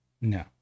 No